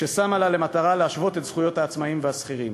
ששמה לה למטרה להשוות את זכויות העצמאים והשכירים,